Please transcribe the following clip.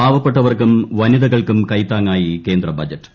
പാവപ്പെട്ടവർക്കും വനിതകൾക്കും കൈ ത്താങ്ങായി കേന്ദ്ര ബജറ്റ്